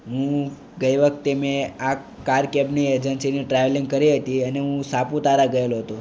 હુ ગઈ વખતે મેં આ કાર કેબની એજન્સીની ટ્રાવેલિંગ કરી હતી અને હું સાપુતારા ગયેલો હતો